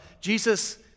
Jesus